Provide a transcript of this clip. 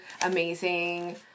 amazing